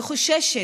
וחוששת,